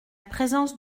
présence